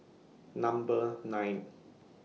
Number nine